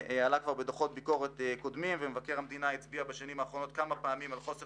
בשנים האחרונות מבקר המדינה הצביע כמה פעמים על חוסר